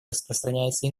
распространяется